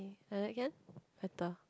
like that can better